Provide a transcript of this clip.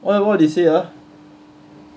what what they say ah